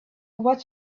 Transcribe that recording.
what